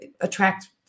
attract